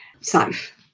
safe